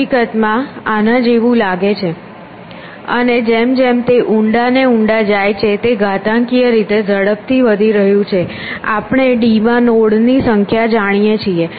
હકીકતમાં આના જેવું લાગે છે અને જેમ જેમ તે ઊંડા અને ઊંડા જાય છે તે ઘાતાંકીય રીતે ઝડપથી વધી રહ્યું છે આપણે d માં નોડ ની સંખ્યા જાણીએ છીએ